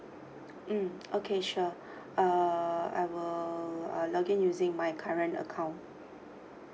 mm okay sure uh I will uh login using my current account